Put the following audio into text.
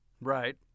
Right